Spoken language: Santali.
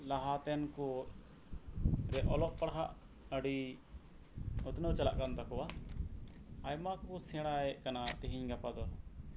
ᱞᱟᱦᱟᱛᱮᱱ ᱠᱚ ᱚᱞᱚᱜ ᱯᱟᱲᱦᱟᱜ ᱟ ᱰᱤ ᱩᱛᱱᱟᱹᱣ ᱪᱟᱞᱟᱜ ᱠᱟᱱ ᱛᱟᱠᱚᱣᱟ ᱟᱭᱢᱟ ᱠᱚ ᱥᱮᱬᱟᱭᱮᱫ ᱠᱟᱱᱟ ᱛᱮᱦᱮᱧ ᱜᱟᱯᱟ ᱫᱚ